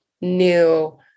new